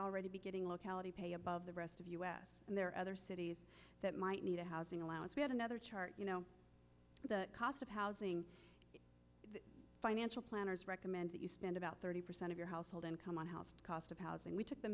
already be getting locality pay above the rest of us and there are other cities that might need a housing allowance we had another chart you know the cost of housing the financial planners recommend that you spend about thirty percent of your household income on health cost of housing we took the